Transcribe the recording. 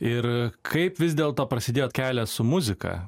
ir kaip vis dėlto prasidėjo kelias su muzika